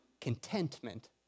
contentment